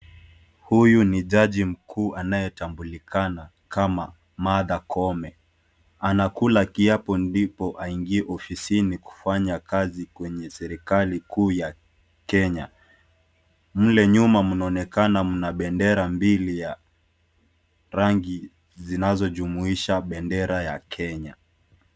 Huyu ni jaji mkuu anayetambulikana kama Martha Koome anakula kiapo ndipo aingie ofisini kufanya kazi kwenye serekali kuu ya Kenya. Mle nyuma mnaonekana mna bendera mbili ya rangi zinazojumuisha bendera ya Kenya.